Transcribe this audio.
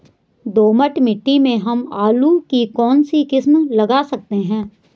दोमट मिट्टी में हम आलू की कौन सी किस्म लगा सकते हैं?